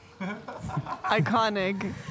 Iconic